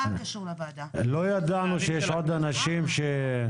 לא ידענו שיש עוד אנשים.